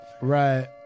right